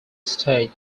state